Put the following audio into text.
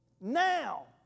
Now